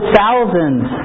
thousands